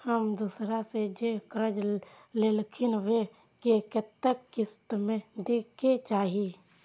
हम दोसरा से जे कर्जा लेलखिन वे के कतेक किस्त में दे के चाही?